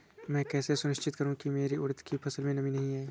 मैं कैसे सुनिश्चित करूँ की मेरी उड़द की फसल में नमी नहीं है?